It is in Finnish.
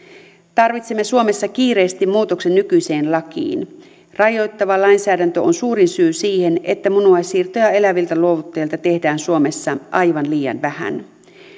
tarvitsemme suomessa kiireesti muutoksen nykyiseen lakiin rajoittava lainsäädäntö on suurin syy siihen että munuaissiirtoja eläviltä luovuttajilta tehdään suomessa aivan liian vähän